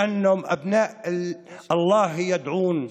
כי בני אלוהים ייקראו".